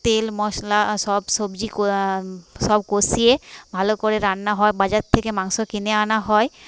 তেল মশলা সব সবজি কো সব কষিয়ে ভালো করে রান্না হয় বাজার থেকে মাংস কিনে আনা হয়